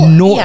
no